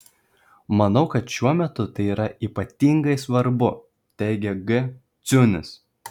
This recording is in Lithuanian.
manau kad šiuo metu tai yra ypatingai svarbu teigia g ciunis